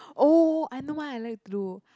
oh I know what I like to do